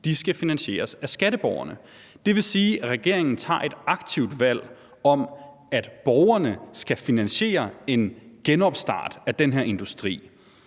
skal finansieres af skatteborgerne. Det vil sige, at regeringen tager et aktivt valg om, at borgerne skal finansiere en genstart af den her industri,